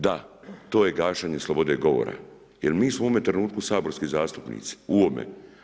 Da, to je gašenje slobode govora, jer mi smo u ovome trenutku saborski zastupnici u ovome.